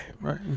right